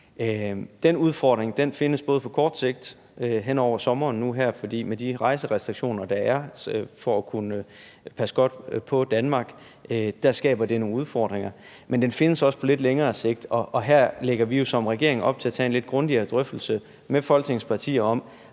Den udfordring findes både på kort sigt hen over sommeren nu – for med de rejserestriktioner, der er for at kunne passe godt på Danmark, skaber den nogle udfordringer – men den findes også på lidt længere sigt, og her lægger vi som regering op til at tage en lidt grundigere drøftelse med Folketingets partier om,